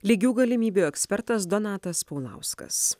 lygių galimybių ekspertas donatas paulauskas